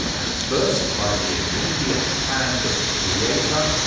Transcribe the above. at first by the immediate hand of the creator,